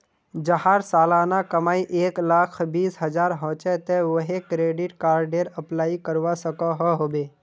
जहार सालाना कमाई एक लाख बीस हजार होचे ते वाहें क्रेडिट कार्डेर अप्लाई करवा सकोहो होबे?